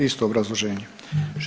Isto obrazloženje.